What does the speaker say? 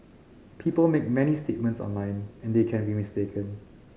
people make many statements online and they can be mistaken